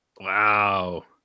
Wow